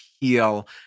heal